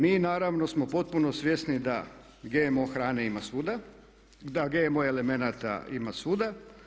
Mi naravno smo potpuno svjesni da GMO hrane ima svuda, da GMO elemenata ima svuda.